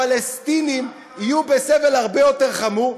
והפלסטינים יהיו בסבל הרבה יותר חמור.